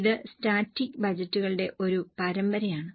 ഇത് സ്റ്റാറ്റിക് ബജറ്റുകളുടെ ഒരു പരമ്പരയാണ്